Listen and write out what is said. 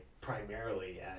primarily